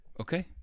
Okay